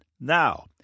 now